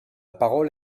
parole